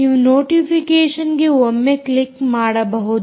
ನೀವು ನೋಟಿಫಿಕೇಷನ್ಗೆ ಒಮ್ಮೆ ಕ್ಲಿಕ್ ಮಾಡಬಹುದು